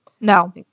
No